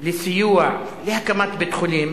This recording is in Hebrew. לסיוע להקמת בית-חולים,